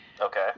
Okay